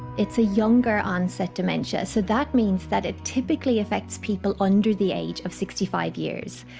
it's a younger onset dementia, so that means that it typically affects people under the age of sixty five years.